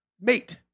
mate